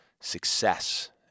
success